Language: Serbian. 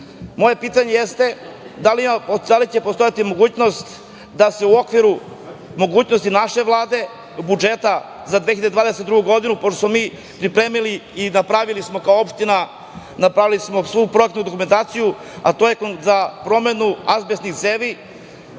pitanje jeste – da li će postojati mogućnost da se u okviru mogućnosti naše Vlade, budžeta za 2022. godinu, pošto smo mi pripremili i napravili kao opština svu propratnu dokumentaciju, a to je za promenu azbestnih cevi.